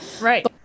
Right